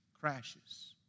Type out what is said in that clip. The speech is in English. Crashes